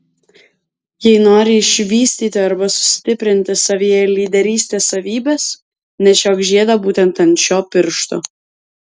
jei nori išvystyti arba sustiprinti savyje lyderystės savybes nešiok žiedą būtent ant šio piršto